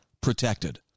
protected